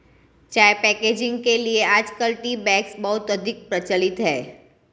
चाय पैकेजिंग के लिए आजकल टी बैग्स बहुत अधिक प्रचलित है